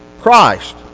Christ